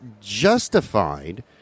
justified